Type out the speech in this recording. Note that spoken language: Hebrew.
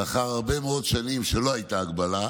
לאחר הרבה מאוד שנים שלא הייתה בהן הגבלה,